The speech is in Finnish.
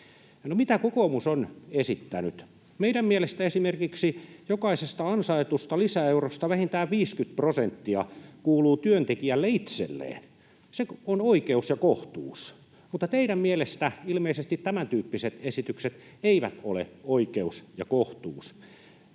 mitä kokoomus on esittänyt? Meidän mielestämme esimerkiksi jokaisesta ansaitusta lisäeurosta vähintään 50 prosenttia kuuluu työntekijälle itselleen. Se on oikeus ja kohtuus. Mutta teidän mielestänne ilmeisesti tämäntyyppiset esitykset eivät ole oikeus ja kohtuus.